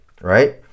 Right